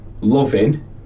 loving